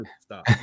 stop